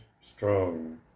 Strong